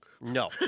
No